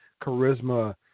charisma